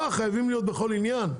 מה, חייבים להיות בכל עניין?